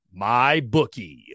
MyBookie